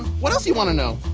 what else do you wanna know?